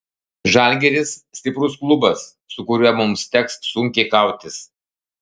žalgiris stiprus klubas su kuriuo mums teks sunkiai kautis